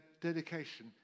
dedication